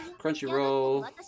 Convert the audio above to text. Crunchyroll